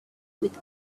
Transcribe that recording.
with